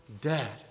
dead